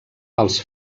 els